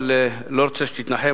אבל אני לא רוצה שתתנחם.